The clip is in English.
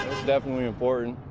definitely important.